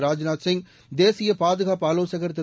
ராஜ்நாத் சிங் தேசிய பாதுகாப்பு ஆலோசகர் திரு